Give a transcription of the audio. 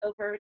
over